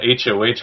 HOH